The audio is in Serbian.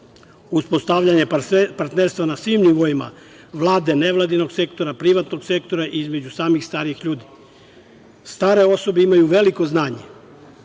uspostavljanje partnerstva na svim nivoima, Vlade, nevladinog sektora, privatnog sektora između samih starih ljudi. Stare osobe imaju veliko znanje